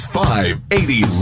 580